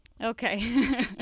okay